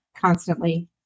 constantly